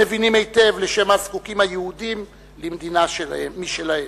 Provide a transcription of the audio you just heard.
מבינים היטב לשם מה זקוקים היהודים למדינה משלהם,